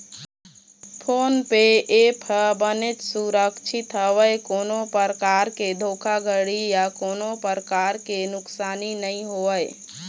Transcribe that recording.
phone पे app ह बनेच सुरक्छित हवय कोनो परकार के धोखाघड़ी या कोनो परकार के नुकसानी नइ होवय